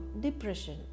depression